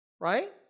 right